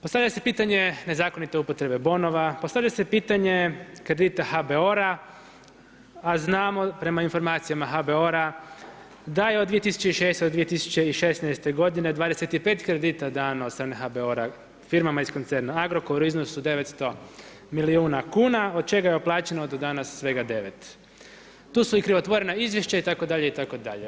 Postavlja se pitanja nezakonite upotrebe bonova, postavlja se pitanje kredita HBOR-a a znamo prema informacija HBOR-a da je od 2006.-2016. 25 kredita dano od strane HBOR-a firmama iz koncerna Agrokor u iznosu 900 milijuna kuna, od čega je uplaćeno do danas svega 9. Tu su i krivotvorena izvješća itd., itd.